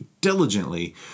diligently